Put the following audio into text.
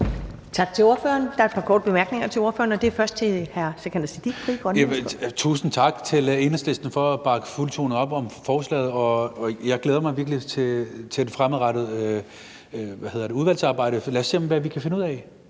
Tak til ordføreren. Der er et par korte bemærkninger til ordføreren. Det er først hr. Sikandar Siddique, Frie Grønne. Værsgo. Kl. 14:44 Sikandar Siddique (FG): Tusind tak til Enhedslisten for at bakke fuldtonet op om forslaget. Jeg glæder mig virkelig til et fremadrettet udvalgsarbejde. Lad os se, hvad vi kan finde ud af,